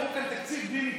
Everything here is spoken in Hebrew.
כתוב כאן תקציב בלי ניקוד,